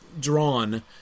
drawn